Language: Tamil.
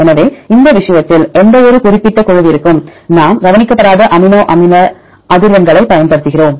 எனவே இந்த விஷயத்தில் எந்தவொரு குறிப்பிட்ட குழுவிற்கும் நாம் கவனிக்கப்படாத அமினோ அமில அதிர்வெண்களைப் பயன்படுத்துகிறோம்